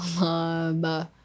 love